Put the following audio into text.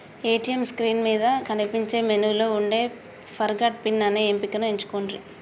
ATM screen మీద కనిపించే మెనూలో వుండే ఫర్గాట్ పిన్ అనే ఎంపికను ఎంచుకొండ్రి